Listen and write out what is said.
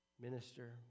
minister